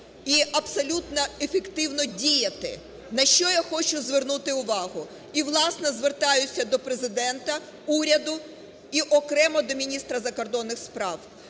і абсолютно ефективно діяти. На що я хочу звернути увагу, і, власне, звертаюся до Президента, уряду і окремо до міністра закордонних справ.